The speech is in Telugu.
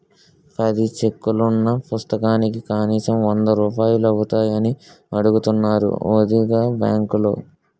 పది చెక్కులున్న పుస్తకానికి కనీసం వందరూపాయలు అవుతాయని అడుగుతున్నారు వొదినా బాంకులో